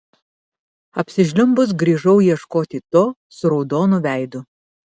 apsižliumbus grįžau ieškoti to su raudonu veidu